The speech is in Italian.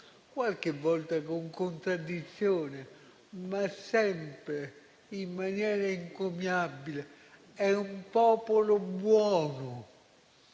qualche volta con contraddizione, ma sempre in maniera encomiabile. È un popolo buono,